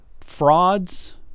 frauds